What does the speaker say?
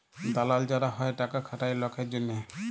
দালাল যারা হ্যয় টাকা খাটায় লকের জনহে